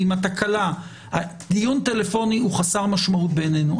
דיווח טלפוני הוא חסר משמעות בעינינו.